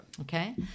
Okay